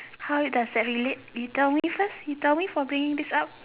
how it does that relate you tell me first you tell me for bringing this up